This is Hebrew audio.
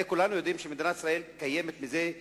הרי כולם יודעים שמדינת ישראל קיימת יותר